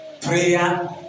Prayer